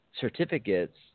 certificates